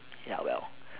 ya well